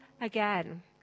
again